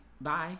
bye